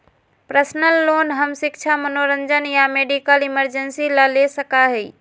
personal loan हम शिक्षा मनोरंजन या मेडिकल इमरजेंसी ला ले सका ही